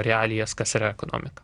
realijas kas yra ekonomika